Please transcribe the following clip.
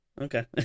okay